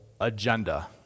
agenda